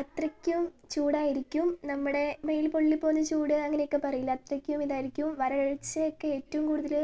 അത്രയ്ക്കും ചൂടായിരിക്കും നമ്മുടെ മേൽ പൊള്ളി പോകുന്ന ചൂട് അങ്ങനെയൊക്കെ പറയില്ലേ അത്രയ്ക്കും ഇതായിരിക്കും വരൾച്ച ഒക്കെ ഏറ്റവും കൂടുതൽ